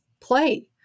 play